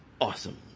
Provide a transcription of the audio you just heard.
awesome